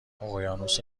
اقیانوس